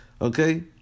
Okay